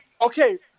Okay